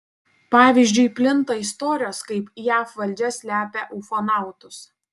pavyzdžiui plinta istorijos kaip jav valdžia slepia ufonautus